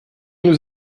nous